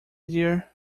dear